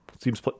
seems